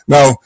Now